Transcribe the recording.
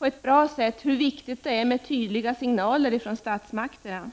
på ett bra sätt hur viktigt det är med tydliga signaler från statsmakterna.